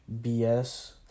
BS